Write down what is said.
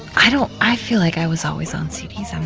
i don't i feel like i was always on cds. um